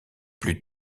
plus